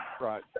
Right